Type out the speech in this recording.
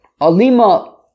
Alima